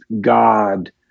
god